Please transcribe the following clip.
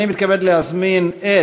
אני מתכבד להזמין את